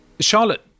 Charlotte